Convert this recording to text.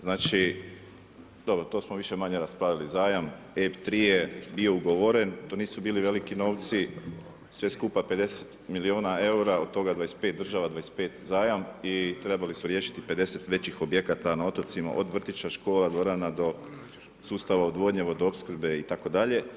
Znači, to smo više-manje raspravljali zajam, EB3 je bio ugovoren, to nisu bili veliki novci, sve skupa 50 milijuna eura, od toga 25 država, 25 zajam i trebali su riješiti 50 većih objekata na otocima, od vrtića, škola, dvorana, do sustava odvodnje, vodoopskrbe itd.